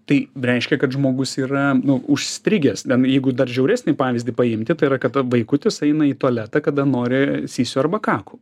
tai reiškia kad žmogus yra užstrigęs jeigu dar žiauresnį pavyzdį paimti tai yra kada vaikutis eina į tualetą kada nori sysiu arba kaku